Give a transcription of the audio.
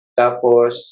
tapos